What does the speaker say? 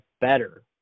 better